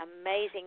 Amazing